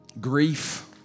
Grief